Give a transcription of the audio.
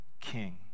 king